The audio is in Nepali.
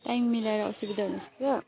टाइम मिलाएर असुविधा हुनसक्छ